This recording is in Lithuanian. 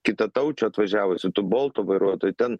kitataučių atvažiavusių tų boltų vairuotojų ten